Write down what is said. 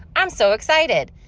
i'm so excited.